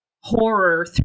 horror